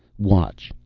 watch,